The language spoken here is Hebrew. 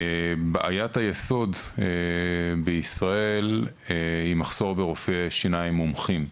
בעיית היסוד בישראל היא מחסור ברופאי שיניים מומחים.